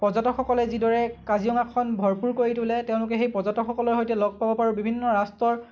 পৰ্যটকসকলে যিদৰে কাজিৰঙাখন ভৰপূৰ কৰি তোলে তেওঁলোকে সেই পৰ্যটকসকলৰ সৈতে লগ পাব পাৰোঁ বিভিন্ন ৰাষ্ট্ৰৰ